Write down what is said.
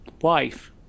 wife